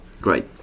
Great